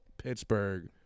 Pittsburgh